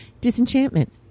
Disenchantment